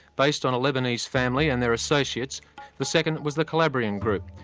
based on a lebanese family and their associates the second was the calabrian group,